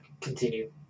Continue